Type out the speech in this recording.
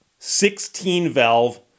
16-valve